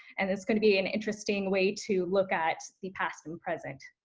and it's going to be an interesting way to look at the past and present.